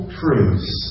truths